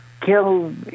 kill